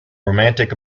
romantic